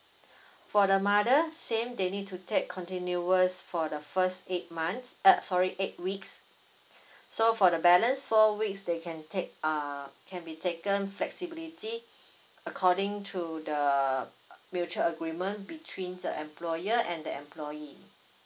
for the mother same they need to take continuous for the first eight months err sorry eight weeks so for the balance four weeks they can take err can be taken flexibility according to the mutual agreement between the employer and the employee